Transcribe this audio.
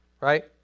right